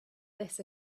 this